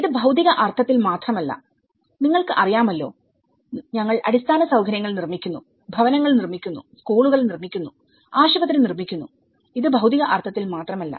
ഇത് ഭൌതിക അർത്ഥത്തിൽ മാത്രമല്ല നിങ്ങൾക്ക് അറിയാമല്ലോ ഞങ്ങൾ അടിസ്ഥാന സൌകര്യങ്ങൾ നിർമ്മിക്കുന്നു ഭവനങ്ങൾ നിർമ്മിക്കുന്നു സ്കൂളുകൾ നിർമ്മിക്കുന്നുആശുപത്രി നിർമ്മിക്കുന്നു ഇത് ഭൌതിക അർത്ഥത്തിൽ മാത്രമല്ല